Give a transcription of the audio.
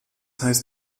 heißt